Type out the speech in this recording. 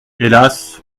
hélas